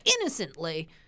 innocently